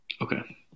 Okay